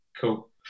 cool